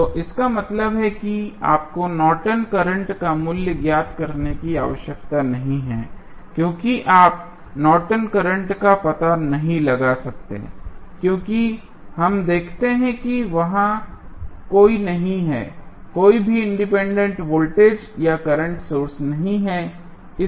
तो इसका मतलब है कि आपको नॉर्टन करंट Nortons current का मूल्य ज्ञात करने की आवश्यकता नहीं है क्योंकि आप नॉर्टन करंट Nortons current का पता नहीं लगा सकते हैं क्योंकि हम देखते हैं कि वहाँ कोई नहीं है कोई भी इंडिपेंडेंट वोल्टेज या करंट सोर्स नहीं है